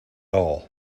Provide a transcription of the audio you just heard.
all